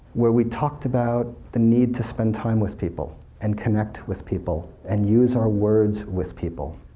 where we talked about the need to spend time with people and connect with people and use our words with people.